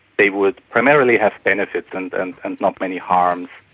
they would primarily have benefits and and and not many harms.